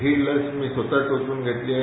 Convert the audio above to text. ही लस मी स्वत टोचून घेतली आहे